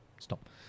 stop